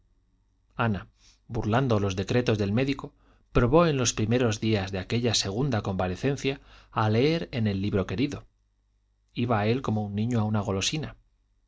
ana burlando los decretos del médico probó en los primeros días de aquella segunda convalecencia a leer en el libro querido iba a él como un niño a una golosina